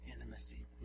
intimacy